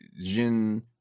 jin